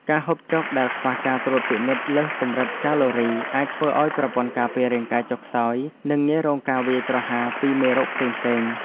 ការហូបចុកដែលខ្វះការត្រួតពិនិត្យលើកម្រិតកាឡូរីអាចធ្វើឲ្យប្រព័ន្ធការពាររាងកាយចុះខ្សោយ និងងាយរងការវាយប្រហារពីមេរោគផ្សេងៗ។